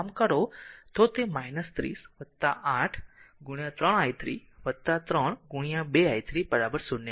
જો આમ કરો તો તે 30 8 3 i 3 3 2 i 3 0